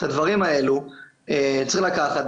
את הדברים האלה צריך לקחת,